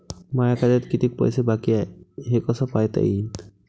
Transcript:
माया खात्यात कितीक पैसे बाकी हाय हे कस पायता येईन?